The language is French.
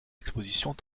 expositions